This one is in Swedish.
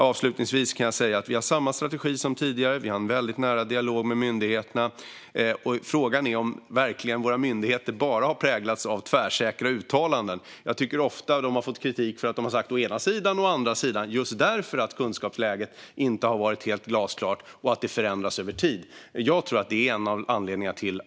Avslutningsvis kan jag säga att vi har samma strategi som tidigare. Vi har en väldigt nära dialog med myndigheterna. Frågan är om våra myndigheter verkligen bara har präglats av tvärsäkra uttalanden. Jag tycker att de ofta har fått kritik för att ha sagt "å ena sidan, å andra sidan" just därför att kunskapsläget inte har varit helt glasklart och därför att det förändras över tid.